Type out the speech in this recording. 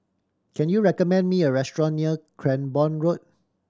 can you recommend me a restaurant near Cranborne Road